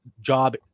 job